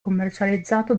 commercializzato